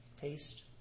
taste